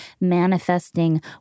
manifesting